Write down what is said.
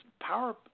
power